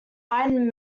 iron